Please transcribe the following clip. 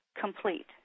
Complete